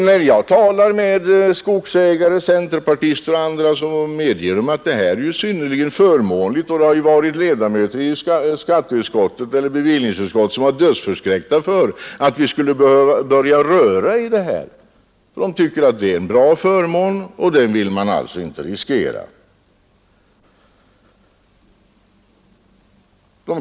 När jag talat med skogsägare — centerpartister och andra — medger de att systemet är synnerligen förmånligt för skogsägarna. Det har funnits ledamöter i bevillingsutskottet, som varit dödsförskräckta för att vi skulle börja röra vid det nuvarande systemet. De tycker att det är en bra förmån och vill inte riskera den.